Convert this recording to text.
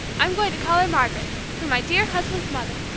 i'm going to call her margaret, for my dear husband's mother,